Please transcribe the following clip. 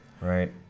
Right